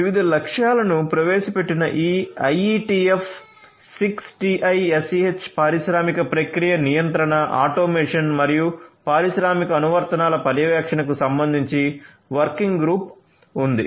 వివిధ లక్ష్యాలను ప్రవేశపెట్టిన ఈ IETF 6TiSCH పారిశ్రామిక ప్రక్రియ నియంత్రణ ఆటోమేషన్ మరియు పారిశ్రామిక అనువర్తనాల పర్యవేక్షణకు సంబంధించిన వర్కింగ్ గ్రూప్ ఉంది